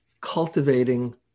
cultivating